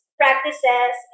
practices